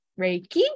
Reiki